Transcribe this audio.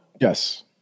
yes